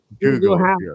Google